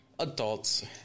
Adults